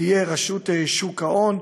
יהיה רשות שוק ההון.